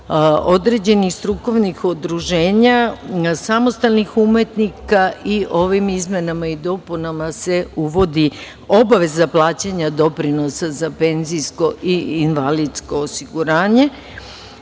određenih strukovnih udruženja, samostalnih umetnika i ovim izmenama i dopunama se uvodi obaveza plaćanja doprinosa za penzijsko i invalidsko osiguranje.